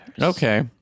okay